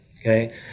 Okay